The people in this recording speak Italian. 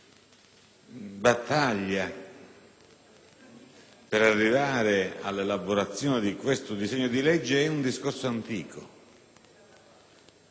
per arrivare all'elaborazione di questo disegno di legge è un discorso antico. Vorrei ricordare